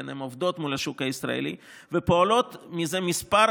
הן עובדות מול השוק הישראלי ופועלות זה כמה